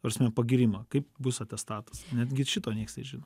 ta prasme pagyrimą kaip bus atestatas netgi šito nieks nežino